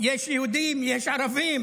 יש יהודים, יש ערבים